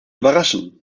überraschen